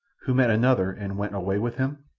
who met another and went away with him?